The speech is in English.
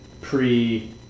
pre